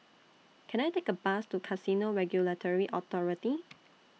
Can I Take A Bus to Casino Regulatory Authority